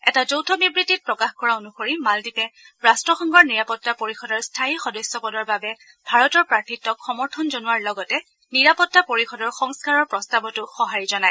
এটা যৌথ বিবৃতিত প্ৰকাশ কৰা অনুসৰি মালদ্বীপে ৰাষ্ট্ৰসংঘৰ নিৰাপত্তা পৰিষদৰ স্থায়ী সদস্য পদৰ বাবে ভাৰতৰ প্ৰাৰ্থিত্বক সমৰ্থন জনোৱাৰ লগতে নিৰাপতা পৰিষদৰ সংস্থাৰৰ প্ৰস্তাৱতো সহাৰি জনায়